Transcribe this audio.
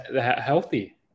healthy